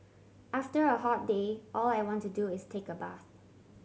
after a hot day all I want to do is take a bath